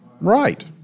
right